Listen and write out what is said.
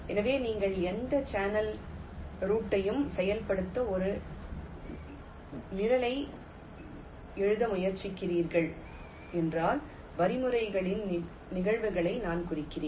எனவே நீங்கள் எந்த சேனல் ரூட்டையும் செயல்படுத்த ஒரு நிரலை எழுத முயற்சிக்கிறீர்கள் என்றால் வழிமுறைகளின் நிகழ்வுகளை நான் குறிக்கிறேன்